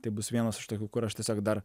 tai bus vienas iš tokių kur aš tiesiog dar